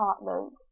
apartment